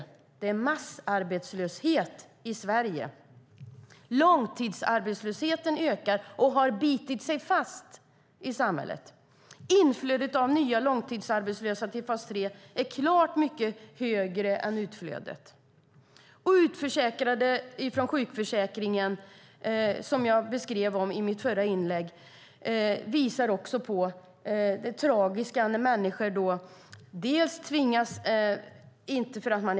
Det är massarbetslöshet i Sverige. Långtidsarbetslösheten ökar och har bitit sig fast i samhället. Inflödet av nya långtidsarbetslösa till fas 3 är klart mycket större än utflödet. I mitt förra inlägg talade jag om utförsäkrade från sjukförsäkringen.